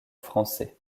français